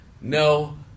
No